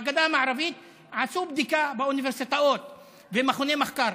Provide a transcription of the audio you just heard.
בגדה המערבית עשו בדיקה באוניברסיטאות ובמכוני מחקר.